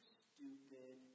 stupid